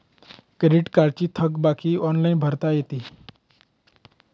credit कार्डची थकबाकी online भरता येते